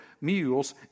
mules